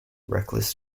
reckless